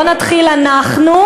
בואו נתחיל אנחנו.